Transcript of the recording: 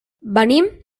venim